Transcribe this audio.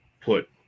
put